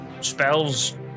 spells